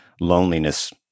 loneliness